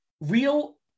real